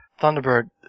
Thunderbird